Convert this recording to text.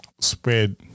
Spread